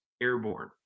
airborne